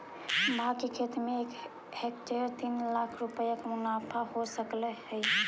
भाँग के खेती में एक हेक्टेयर से तीन लाख रुपया के मुनाफा हो सकऽ हइ